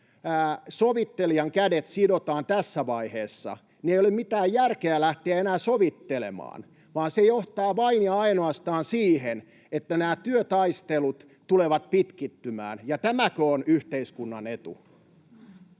jos sovittelijan kädet sidotaan tässä vaiheessa, niin ei ole mitään järkeä lähteä enää sovittelemaan, vaan se johtaa vain ja ainoastaan siihen, että nämä työtaistelut tulevat pitkittymään, ja tämäkö on yhteiskunnan etu?